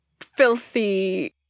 filthy